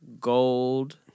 Gold